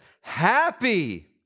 happy